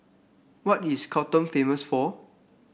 what is Khartoum famous for